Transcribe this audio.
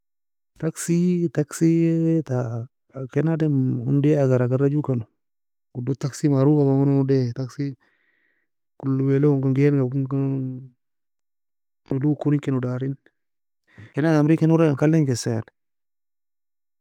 Taxi taxita ken adem onday agar agara jue keno, odog taxi marofagon geno taxi kolowea longa konkeno, gailka konkenon, nolo konikeno darin, ken ademri ken orenga kalengkesa yani.